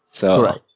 Correct